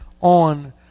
on